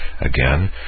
Again